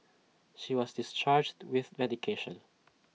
she was discharged with medication